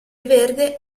verde